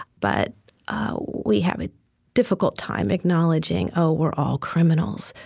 but we have a difficult time acknowledging, oh, we're all criminals.